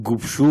אגב,